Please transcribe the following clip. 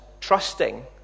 trusting